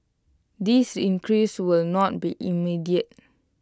this increase will not be immediate